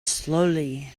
slowly